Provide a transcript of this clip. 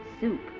soup